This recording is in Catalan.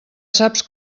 saps